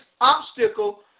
obstacle